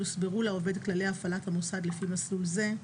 יוסברו לעובד כללי הפעלת המוסד לפי מסלול זה,